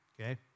okay